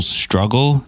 struggle